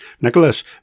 Nicholas